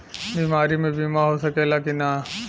बीमारी मे बीमा हो सकेला कि ना?